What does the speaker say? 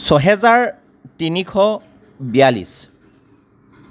ছহেজাৰ তিনিশ বিয়াল্লিছ